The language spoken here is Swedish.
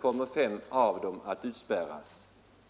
kommer fem att utspärras.